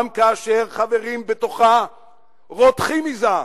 גם כאשר חברים בתוכה רותחים מזעם